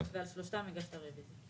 על שלושת הגשת רביזיה.